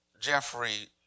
Jeffrey